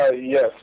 Yes